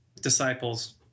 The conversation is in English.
disciples